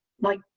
like,